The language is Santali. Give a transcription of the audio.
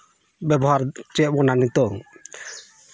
ᱵᱮᱵᱚᱦᱟᱨ ᱦᱚᱪᱚᱭᱮᱫ ᱵᱚᱱᱟ ᱱᱤᱛᱚᱜ